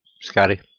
Scotty